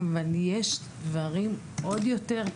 אבל יש דברים עוד יותר,